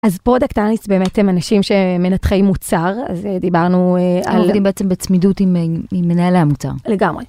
אז product analyst באמת הם אנשים שמנתחי מוצר, אז אהה דיברנו אהה על... הם עובדים בעצם בצמידות עם אהה עם מנהלי המוצר. לגמרי.